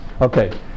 Okay